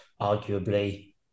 arguably